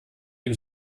ihm